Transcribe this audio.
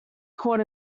caught